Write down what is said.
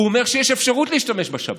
הוא אומר שיש אפשרות להשתמש בשב"כ,